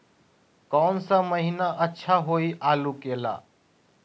कौन सा महीना अच्छा होइ आलू के ला?